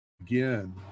again